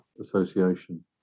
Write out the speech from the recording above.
Association